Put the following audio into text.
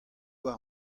war